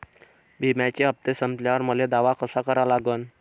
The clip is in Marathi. बिम्याचे हप्ते संपल्यावर मले दावा कसा करा लागन?